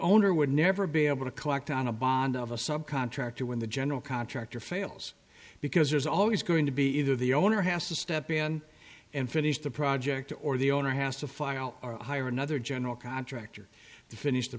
owner would never be able to collect on a bond of a subcontractor when the general contractor fails because there's always going to be either the owner has to step in and finish the project or the owner has to file or hire another general contractor to finish the